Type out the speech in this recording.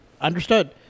Understood